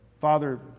Father